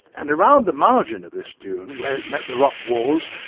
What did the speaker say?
and around the margin of this dune where it met the rock walls,